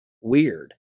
Weird